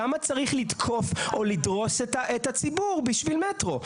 למה צריך לתקוף או לדרוס את הציבור בשביל מטרו?